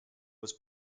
was